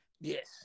Yes